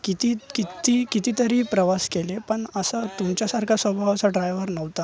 किती किती कितीतरी प्रवास केले पण असा तुमच्यासारखा स्वभावाचा ड्रायव्हर नव्हता